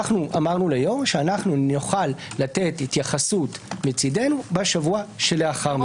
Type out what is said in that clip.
אנחנו אמרנו ליושב-ראש שנוכל לתת התייחסות מצדנו בשבוע שלאחר מכן.